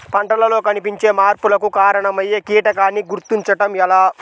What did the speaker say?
పంటలలో కనిపించే మార్పులకు కారణమయ్యే కీటకాన్ని గుర్తుంచటం ఎలా?